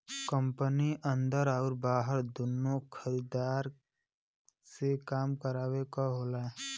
company अन्दर आउर बाहर दुन्नो खरीदार से काम करावे क होला